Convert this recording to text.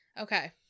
Okay